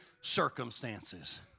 circumstances